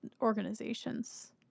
organizations